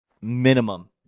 minimum